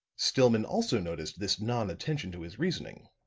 stillman also noticed this non-attention to his reasoning,